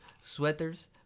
sweaters